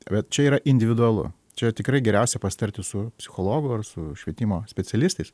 bet čia yra individualu čia tikrai geriausia pasitarti su psichologu ar su švietimo specialistais